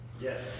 Yes